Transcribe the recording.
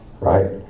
right